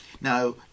Now